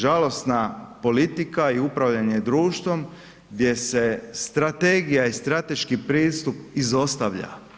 Žalosna politika i upravljanje društvom gdje se strategija i strateški pristup izostavlja.